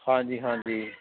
ਹਾਂ ਜੀ ਹਾਂ ਜੀ